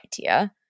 idea